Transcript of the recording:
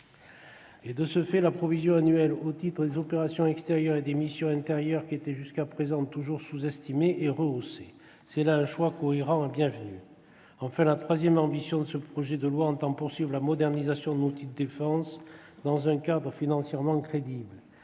; de ce fait, la provision annuelle au titre des opérations extérieures et des missions intérieures, qui était jusqu'à présent toujours sous-estimée, est rehaussée. C'est là un choix cohérent et bienvenu. En outre, troisième ambition, ce projet de loi vise à poursuivre la modernisation de notre outil de défense dans un cadre financièrement crédible.